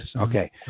Okay